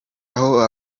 aho